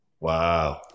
Wow